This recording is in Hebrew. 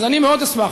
אז אני מאוד אשמח,